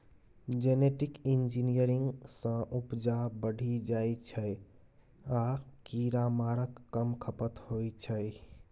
genetic engineering सँ उपजा बढ़ि जाइ छै आ कीरामारक कम खपत होइ छै